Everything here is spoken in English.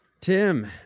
Tim